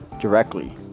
directly